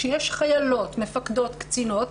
שיש חיילות, מפקדות, קצינות,